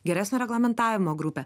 geresnio reglamentavimo grupę